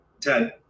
Ted